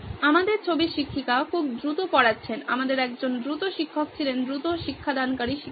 আমাদের ছবির শিক্ষিকা খুব দ্রুত পড়াচ্ছেন আমাদের একজন দ্রুত শিক্ষক ছিলেন দ্রুত শিক্ষাদানকারী শিক্ষক